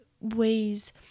ways